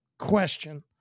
question